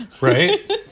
right